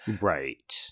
right